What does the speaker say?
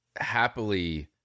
happily